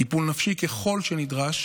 טיפול נפשי ככל שנדרש